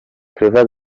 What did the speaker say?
claver